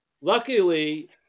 Luckily